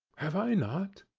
have i not?